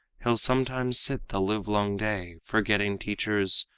he'll sometimes sit the livelong day, forgetting teachers,